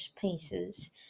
pieces